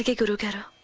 gudiwada